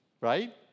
Right